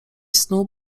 snu